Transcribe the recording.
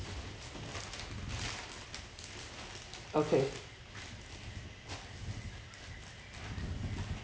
okay